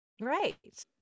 right